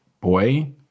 boy